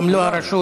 גם לא הרשות